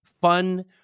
Fun